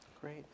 Great